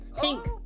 Pink